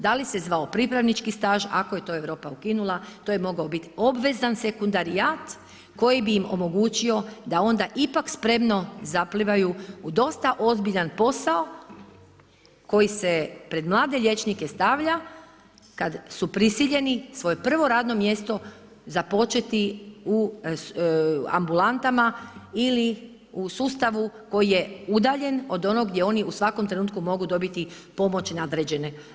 Da li se zvao pripravnički staž ako je to Europa ukinula, to je mogao biti obvezan sekundarijat koji bi im omogućio da onda ipak spremno zaplivaju u dosta ozbiljan posao koji se pred mlade liječnike stavlja kad su prisiljeni svoje prvo radno mjesto započeti u ambulantama ili u sustavu koji je udaljen od onog gdje oni u svakom trenutku mogu dobiti pomoć nadređene.